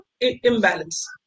imbalance